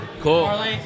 Cool